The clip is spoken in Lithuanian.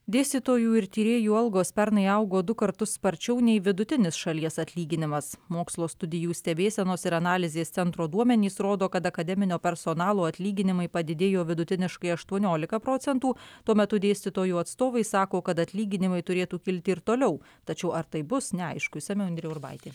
dėstytojų ir tyrėjų algos pernai augo du kartus sparčiau nei vidutinis šalies atlyginimas mokslo studijų stebėsenos ir analizės centro duomenys rodo kad akademinio personalo atlyginimai padidėjo vidutiniškai aštuoniolika procentų tuo metu dėstytojų atstovai sako kad atlyginimai turėtų kilti ir toliau tačiau ar tai bus neaišku išsamiau indrė urbaitė